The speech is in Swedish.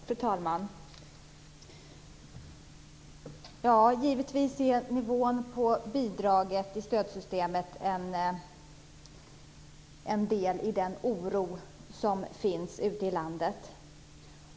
Fru talman! Givetvis är nivån på bidraget i stödsystemet en del av det som oroar folk ute i landet.